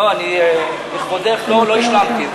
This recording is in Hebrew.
אני לכבודך לא השלמתי,